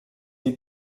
die